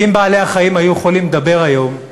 ואם בעלי-החיים היו יכולים לדבר היום,